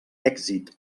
èxit